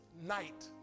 night